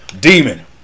Demon